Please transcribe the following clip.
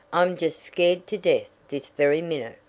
i'm just scared to death this very minute.